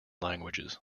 languages